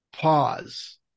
pause